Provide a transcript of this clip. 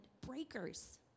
breakers